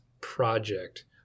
project